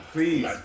Please